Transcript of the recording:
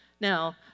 Now